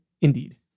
Indeed